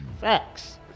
Facts